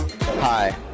Hi